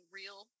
real